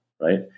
right